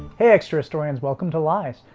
hey extra historians, welcome to lies,